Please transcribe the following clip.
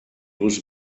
was